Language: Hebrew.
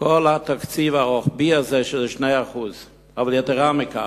כל התקציב הרוחבי הזה של 2%. אבל יתירה מכך,